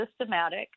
systematic